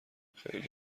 خیلی